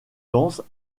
danses